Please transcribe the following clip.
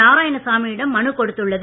நாராயணசாமி யிடம் மனு கொடுத்துள்ளது